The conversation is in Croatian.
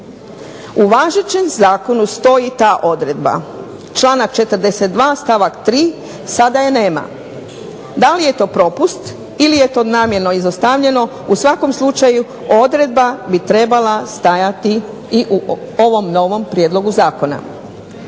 U važećem zakonu stoji ta odredba, članak 42. stavak 3. sada je nema. Da li je to propust ili je to namjerno izostavljeno, u svakom slučaju odredba bi trebala stajati i u ovom novom prijedlogu zakona.